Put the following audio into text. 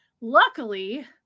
Luckily